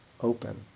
open